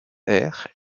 air